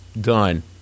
Done